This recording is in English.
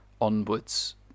onwards